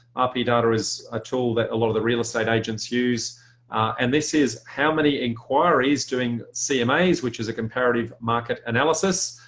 rp data is a tool that a lot of the real estate agents use and this is how many inquiries doing cmas which is a comparative market analysis.